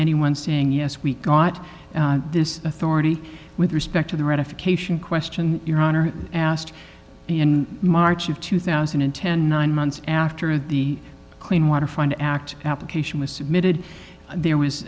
any one saying yes we got this authority with respect to the ratification question your honor asked in march of two thousand and nineteen months after the clean water fund act application was submitted there was